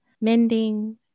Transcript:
mending